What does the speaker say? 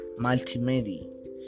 Multimedia